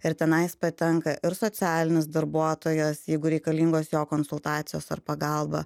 ir tenais patenka ir socialinis darbuotojas jeigu reikalingos jo konsultacijos ar pagalba